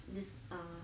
this uh